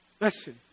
listen